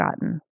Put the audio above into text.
gotten